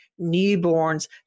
newborns